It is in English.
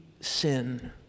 sin